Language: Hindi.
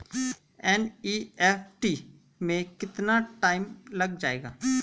एन.ई.एफ.टी में कितना टाइम लग जाएगा?